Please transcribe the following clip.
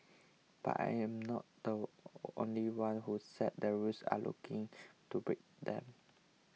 but I am not the only one who sets the rules are looking to break them